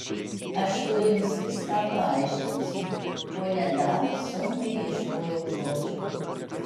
aš tuoj jums viską paaiškinsiu ponia dan sunkiai ieškojo žodžių